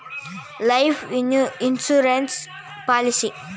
life insurance policy ತಗೊಳ್ಳುವಾಗ regulation ಸರಿಯಾಗಿ ಓದಿಕೊಳ್ಳಬೇಕು